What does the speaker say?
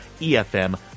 efm